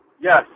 Yes